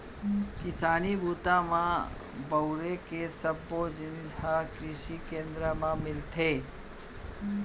किसानी बूता म बउरे के सब्बो जिनिस ह कृसि केंद्र म मिलथे